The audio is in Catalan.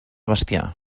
bestiar